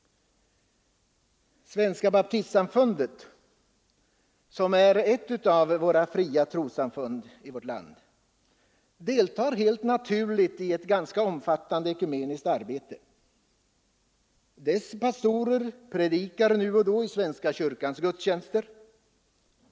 Svenska baptistsamfundet, som är ett av de fria trossamfunden i vårt land, deltar helt naturligt i det ganska omfattande ekumeniska arbetet. Dess pastorer predikar nu och då i svenska kyrkans gudstjänster.